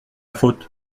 faute